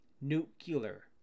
Nuclear